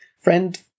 Friend